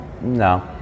No